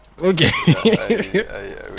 okay